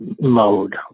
mode